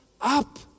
up